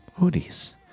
hoodies